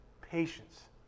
Patience